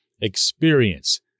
experience